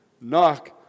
knock